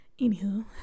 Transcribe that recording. anywho